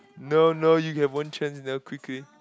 no no you have one chance now quickly